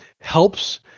helps